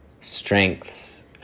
strengths